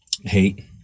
Hate